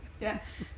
Yes